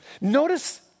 Notice